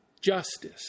justice